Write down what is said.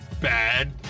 Bad